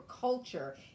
culture